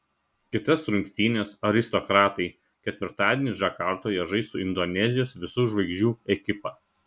kitas rungtynes aristokratai ketvirtadienį džakartoje žais su indonezijos visų žvaigždžių ekipa